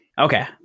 okay